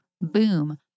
Boom